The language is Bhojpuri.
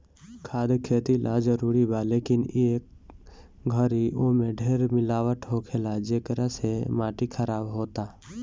खाद खेती ला जरूरी बा, लेकिन ए घरी ओमे ढेर मिलावट होखेला, जेकरा से माटी खराब होता